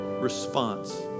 response